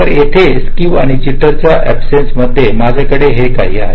तर इथे स्क्क्यू आणि जिटर च्या अब्सेन्स मध्ये माझ्याकडे हे आहे